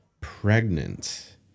pregnant